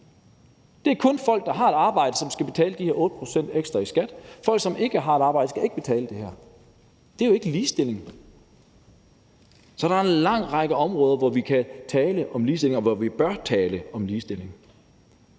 Det er kun folk, der har et arbejde, som skal betale de her 8 pct. ekstra i skat, folk, som ikke har et arbejde, skal ikke betale det her. Det er jo ikke ligestilling. Så der er en lang række områder, hvor vi kan tale om ligestilling, og hvor vi bør tale om ligestilling.